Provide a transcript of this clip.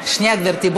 שנייה גברתי,